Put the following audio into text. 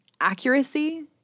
accuracy